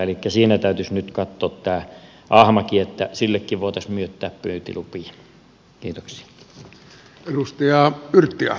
elikkä siinä täytyisi nyt katsoa tämä ahmakin että sillekin voitaisiin myöntää pyyntilupia